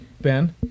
Ben